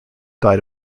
died